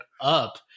up